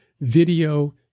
video